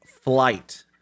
flight